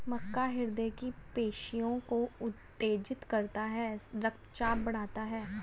मक्का हृदय की पेशियों को उत्तेजित करता है रक्तचाप बढ़ाता है